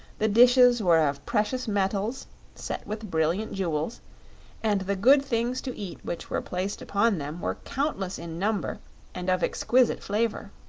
the dishes were of precious metals set with brilliant jewels and the good things to eat which were placed upon them were countless in number and of exquisite flavor.